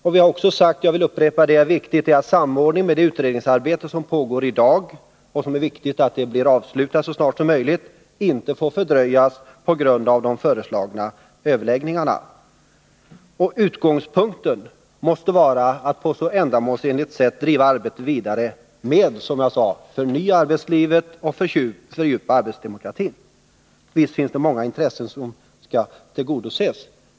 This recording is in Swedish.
Jag vill också upprepa att vi har sagt att det är viktigt med en samordning med det utredningsarbete som pågår i dag. Det är viktigt att utredningsarbetet avslutas så snart som möjligt och att det inte fördröjs på grund av de föreslagna överläggningarna. Utgångspunkten måste vara att på så ändamålsenligt sätt som möjligt driva arbetet vidare på, som jag sade, förnyelse av arbetslivet och fördjupande av arbetsdemokratin. Visst skall många intressen tillgodoses.